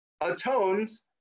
atones